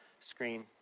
screen